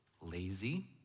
lazy